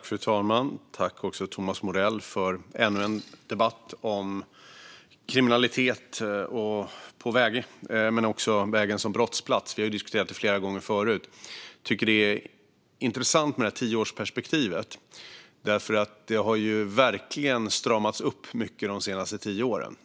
Fru talman! Tack, Thomas Morell, för ännu en debatt om kriminalitet på väg och vägen som brottsplats! Vi har ju diskuterat detta förut. Det är intressant med tioårsperspektivet, för det här har verkligen stramats upp de senaste tio åren.